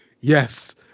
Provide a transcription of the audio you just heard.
yes